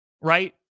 right